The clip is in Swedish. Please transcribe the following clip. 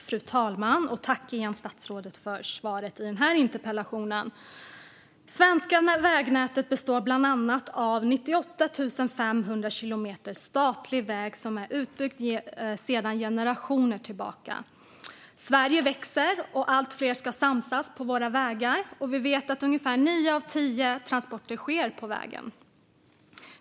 Fru talman! Tack, statsrådet, för svaret på interpellationen! Det svenska vägnätet består bland annat av 98 500 kilometer statlig väg som är utbyggd sedan generationer tillbaka. Sverige växer, och allt fler ska samsas på våra vägar. Vi vet att ungefär nio av tio transporter sker på väg.